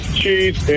cheese